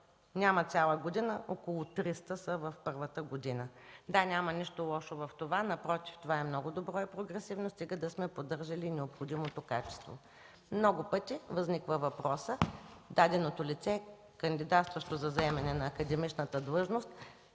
няма цяла година, около 300 са от първата година. (Реплика.) Да, няма нищо лошо в това. Напротив, това е много добро и прогресивно стига да сме поддържали необходимото качество. Много пъти възниква въпросът: даденото лице, кандидатстващо за заемане на академичната длъжност,